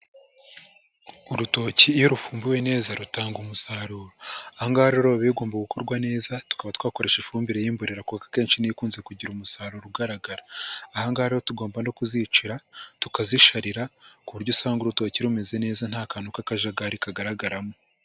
Urutoki iyo rufumbiwe neza rutanga umusaruro. Aha ngaha rero biba bigomba gukorwa neza tukaba twakoresha ifumbire y'imborera kuko akenshi ni yo ikunze kugira umusaruro ugaragara. Aha ngaha rero tugomba no kuzicira, tukazisharira, ku buryo usanga urutoki rumeze neza nta kantu k'akajagari kagaragaramo.